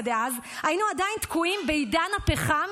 דאז היינו עדיין תקועים בעידן הפחם,